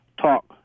talk